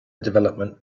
development